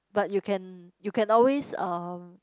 but you can you can always uh